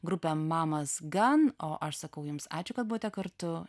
grupė mamas gan o aš sakau jums ačiū kad buvote kartu